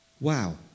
Wow